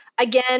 again